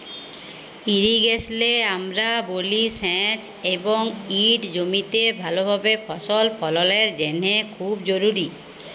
ইরিগেশলে আমরা বলি সেঁচ এবং ইট জমিতে ভালভাবে ফসল ফললের জ্যনহে খুব জরুরি